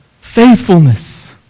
faithfulness